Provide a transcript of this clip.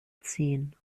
ziehen